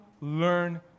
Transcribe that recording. learn